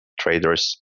trader's